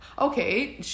okay